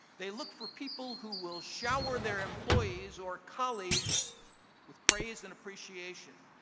they look for people who will shower their employees or colleagues with praise and appreciation.